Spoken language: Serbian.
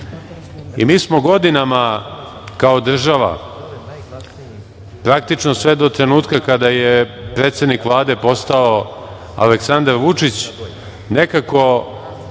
i mi smo godinama kao država, praktično sve do trenutka kada je predsednik Vlade postao Aleksandar Vučić, nekako